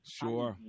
sure